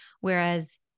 Whereas